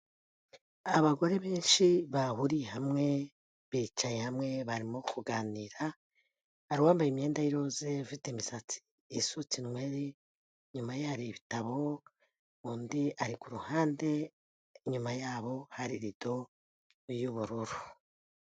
Abagore benshi bahuriye hamwe bicaye hamwe barimo kuganira, hari uwambaye imyenda y'iroze ufite imisatsi isutse nyweri, inyuma ye hari ibitabo, undi ari ku ruhande inyuma yabo hari rido y'ubururu.